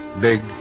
Big